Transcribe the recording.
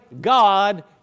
God